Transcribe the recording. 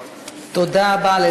תודה רבה, אדוני.